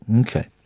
Okay